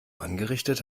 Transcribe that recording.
angerichtet